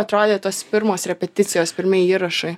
atrodė tos pirmos repeticijos pirmieji įrašai